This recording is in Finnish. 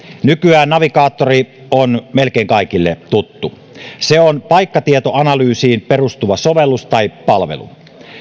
nykyään navigaattori on melkein kaikille tuttu se on paikkatietoanalyysiin perustuva sovellus tai palvelu